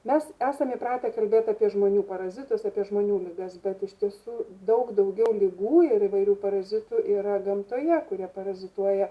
mes esam įpratę kalbėt apie žmonių parazitus apie žmonių ligas bet iš tiesų daug daugiau ligų ir įvairių parazitų yra gamtoje kurie parazituoja